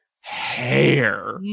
hair